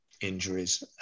injuries